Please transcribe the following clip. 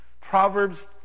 Proverbs